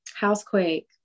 housequake